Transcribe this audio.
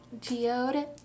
geode